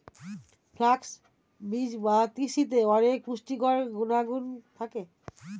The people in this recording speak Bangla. ফ্ল্যাক্স বীজ বা তিসিতে অনেক পুষ্টিকর গুণাগুণ থাকে